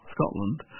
Scotland